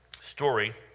story